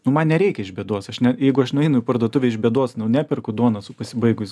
nu man nereikia iš bėdos aš net jeigu aš nueinu į parduotuvę iš bėdos nu neperku duonos su pasibaigusiu